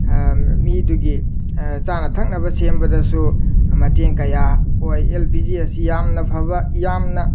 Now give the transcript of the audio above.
ꯃꯤꯗꯨꯒꯤ ꯆꯥꯅ ꯊꯛꯅꯕ ꯁꯦꯝꯕꯗꯁꯨ ꯃꯇꯦꯡ ꯀꯌꯥ ꯑꯣꯏ ꯑꯦꯜ ꯄꯤ ꯖꯤ ꯑꯁꯤ ꯌꯥꯝꯅ ꯐꯕ ꯌꯥꯝꯅ